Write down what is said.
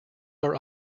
are